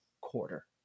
quarter